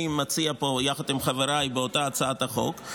מציע פה יחד עם חבריי באותה הצעת חוק,